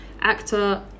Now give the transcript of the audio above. actor